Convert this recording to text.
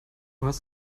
hast